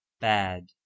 Bad